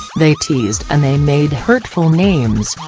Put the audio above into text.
they teased and they made hurtful names.